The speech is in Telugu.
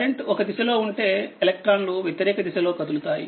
కరెంట్ ఒక దిశలో ఉంటే ఎలక్ట్రాన్లు వ్యతిరేక దిశలో కదులుతాయి